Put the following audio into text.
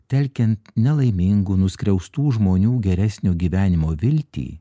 telkiant nelaimingų nuskriaustų žmonių geresnio gyvenimo viltį